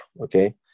okay